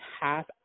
half